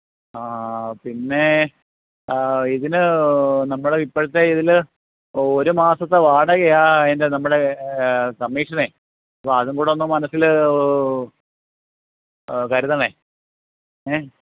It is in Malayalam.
ആഹ് പിന്നെ ഇതിന് നമ്മളിപ്പോഴത്തെ ഇതിൽ ഒരു മാസത്തെ വാടകയാണ് അതിന്റെ നമ്മുടെ കമ്മീഷനേ അപ്പം അതും കൂടൊന്ന് മനസ്സിൽ കരുതണം ഏഹ്